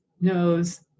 knows